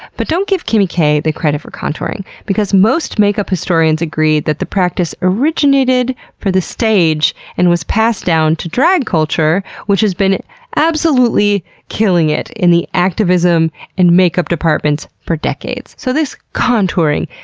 but don't give kimi k. the credit for contouring, because most makeup historians agree that the practice originated for the stage and was passed down to drag culture, which has been absolutely killing it in the activism and makeup departments for decades. so, this contouring,